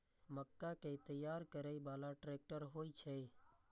मक्का कै तैयार करै बाला ट्रेक्टर होय छै?